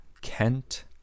Kent